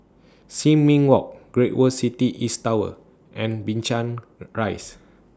Sin Ming Walk Great World City East Tower and Binchang Rise